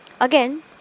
again